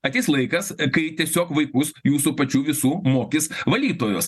ateis laikas kai tiesiog vaikus jūsų pačių visų mokys valytojos